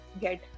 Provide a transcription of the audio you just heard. get